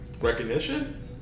recognition